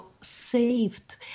saved